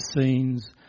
scenes